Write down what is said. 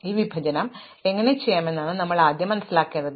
അതിനാൽ ഈ വിഭജനം എങ്ങനെ ചെയ്യാമെന്നതാണ് നമ്മൾ ആദ്യം മനസ്സിലാക്കേണ്ടത്